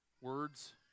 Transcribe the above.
words